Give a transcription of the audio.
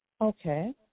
Okay